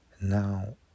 Now